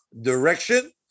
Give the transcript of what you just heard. direction